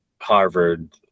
Harvard